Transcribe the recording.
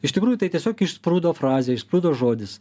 iš tikrųjų tai tiesiog išsprūdo frazė išsprūdo žodis